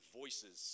voices